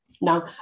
Now